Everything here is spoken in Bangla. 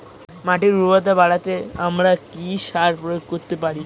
মাটির উর্বরতা বাড়াতে আমরা কি সার প্রয়োগ করতে পারি?